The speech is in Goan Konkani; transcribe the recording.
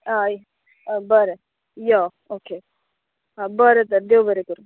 हय आं बरें यो ओके बरें तर देव बरें करूं